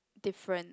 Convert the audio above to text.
different